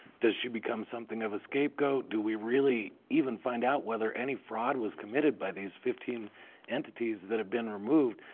does she become something of a scapegoat? do we really even find out whether any fraud was committed by these fifteen entities that have been removed?